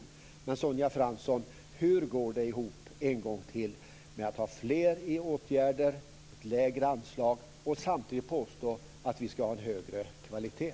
Men en gång till, Sonja Fransson: Hur går det ihop att ha fler i åtgärder, lägre anslag och samtidigt påstå att vi ska ha högre kvalitet?